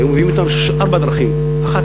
היו מביאים אותם בארבע דרכים: האחת,